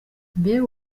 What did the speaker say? mbega